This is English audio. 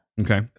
Okay